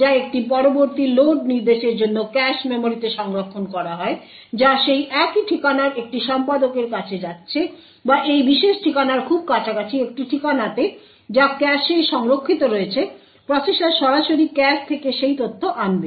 যা একটি পরবর্তী লোড নির্দেশের জন্য ক্যাশ মেমরিতে সংরক্ষণ করা হয় যা সেই একই ঠিকানার একটি সম্পাদকের কাছে যাচ্ছে বা এই বিশেষ ঠিকানার খুব কাছাকাছি একটি ঠিকানাতে যা ক্যাশে সংরক্ষিত রয়েছে প্রসেসর সরাসরি ক্যাশ থেকে সেই তথ্য আনবে